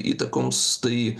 įtakoms tai